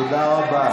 תודה רבה.